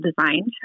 designed